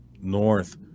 north